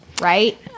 right